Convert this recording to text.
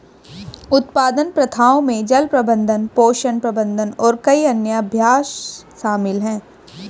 उत्पादन प्रथाओं में जल प्रबंधन, पोषण प्रबंधन और कई अन्य अभ्यास शामिल हैं